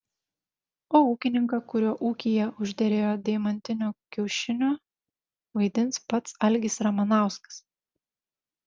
o ūkininką kurio ūkyje užderėjo deimantinių kiaušinių vaidins pats algis ramanauskas